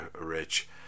rich